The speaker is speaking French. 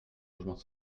logement